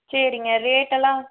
சரிங்க ரேட் எல்லாம்